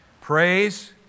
Praise